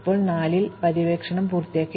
ഇപ്പോൾ ഞങ്ങൾ 4 പര്യവേക്ഷണം പൂർത്തിയാക്കി